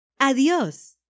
Adiós